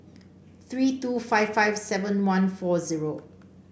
three two five five seven one four zero